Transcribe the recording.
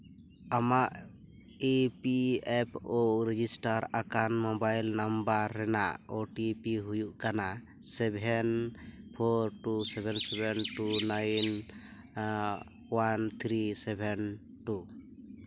ᱟᱢᱟᱜ E P F O register ᱟᱠᱟᱱ mobile number ᱨᱮᱱᱟᱜ ᱳ ᱴᱤ ᱯᱤ ᱦᱩᱭᱩᱜ ᱠᱟᱱᱟ seven four two seven seven two nine one three seven two